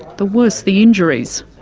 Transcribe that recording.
the worse the injuries.